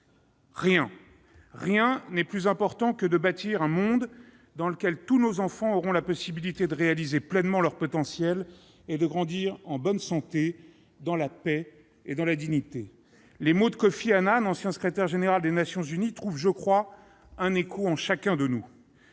« rien n'est plus important que de bâtir un monde dans lequel tous nos enfants auront la possibilité de réaliser pleinement leur potentiel et de grandir en bonne santé, dans la paix et dans la dignité ». Ces mots de Kofi Annan, ancien secrétaire général des Nations unies, trouvent, je crois, un écho en chacun de nous.